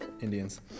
Indians